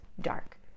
dark